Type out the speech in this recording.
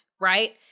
Right